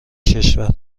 کشور